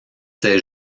ces